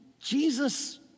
Jesus